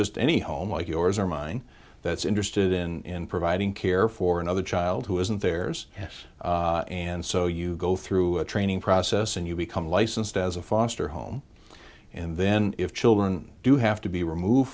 just any home like yours or mine that's interested in providing care for another child who isn't theirs yes and so you go through a training process and you become licensed as a foster home and then if children do have to be removed